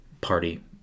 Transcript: party